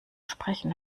sprechen